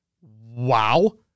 wow